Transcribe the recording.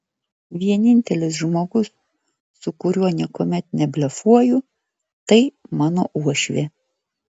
vienintelis žmogus su kuriuo niekuomet neblefuoju tai mano uošvė